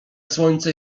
słońce